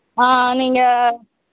ஆ நீங்கள்